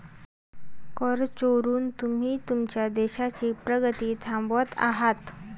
कर चोरून तुम्ही तुमच्या देशाची प्रगती थांबवत आहात